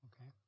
Okay